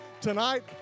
tonight